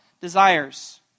desires